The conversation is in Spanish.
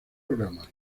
programa